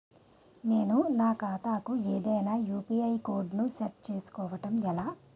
నేను నా ఖాతా కు ఏదైనా యు.పి.ఐ కోడ్ ను సెట్ చేయడం ఎలా?